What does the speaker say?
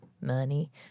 money